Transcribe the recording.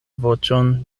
voĉon